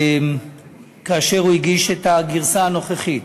כאשר הוא הגיש את הגרסה הנוכחית.